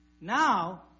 Now